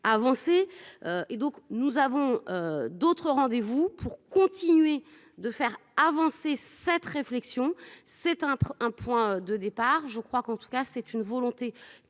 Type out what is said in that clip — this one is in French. avancer. Et donc nous avons d'autres rendez-vous pour continuer de faire avancer cette réflexion, c'est un, un point de départ je crois qu'en tout cas c'est une volonté